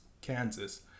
Kansas